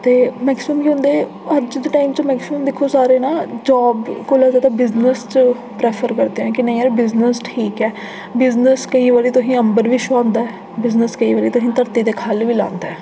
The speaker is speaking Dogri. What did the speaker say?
ते मैक्सीमम केह् होंदे अज्ज दे टाइम च मैक्सिमम दिक्खो साढ़े ना जॉब कोला लगदा बिजनेस च प्रैफर करदे न कि नेईं यार बिजनेस ठीक ऐ बिज़नेस केईं बारी तुसें ई अंबर बी छूहांदा ऐ ते बिजनेस केईं बारी तुसें ई धरती दे ख'ल्ल बी लोआंदा ऐ